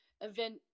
event